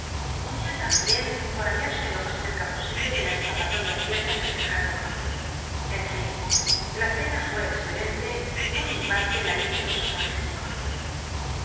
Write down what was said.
ya también por hallarse lo mas cerca posible de la r capalol'ia abierta en rl ll'j iclo en fin la cena fuó excelente y por mi p utc la hice los honores